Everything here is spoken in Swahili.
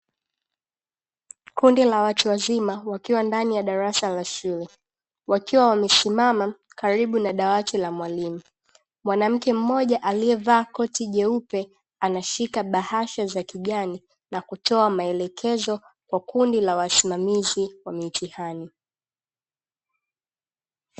Kundi la watu wazima wakiwa ndani ya darasa la shule, wakiwa wamesimama karibu na dawati la mwalimu. Mwanamke mmoja aliyevaa koti jeupe anashika bahasha za kijani na kutoa maelekezo kwa kundi la wasimamizi wa mitihani.